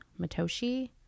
Matoshi